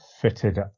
fitted